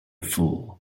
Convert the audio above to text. fool